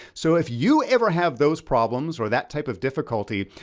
so if you ever have those problems or that type of difficulty,